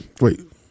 wait